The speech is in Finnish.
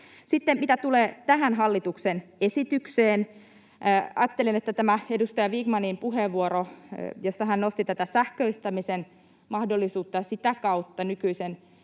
Sitten mitä tulee tähän hallituksen esitykseen, niin edustaja Vikmanin puheenvuoroon, jossa hän nosti tätä sähköistämisen mahdollisuutta ja sitä kautta nykyisen